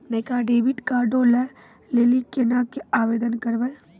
नयका डेबिट कार्डो लै लेली केना के आवेदन करबै?